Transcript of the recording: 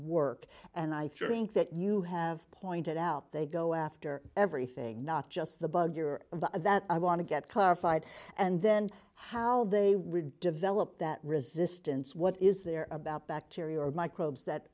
work and i think that you have pointed out they go after everything not just the bugger that i want to get clarified and then how they would develop that resistance what is there about bacteria or microbes that